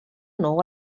nou